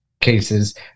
cases